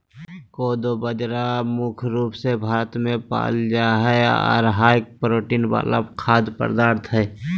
कोदो बाजरा मुख्य रूप से भारत मे पाल जा हय आर हाई प्रोटीन वाला खाद्य पदार्थ हय